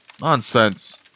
Nonsense